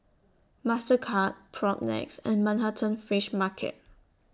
Mastercard Propnex and Manhattan Fish Market